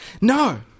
No